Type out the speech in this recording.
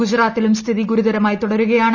ഗുജറാത്തിലും ് സ്ഥിതി ഗുരുതരമായി തുടരുകയാണ്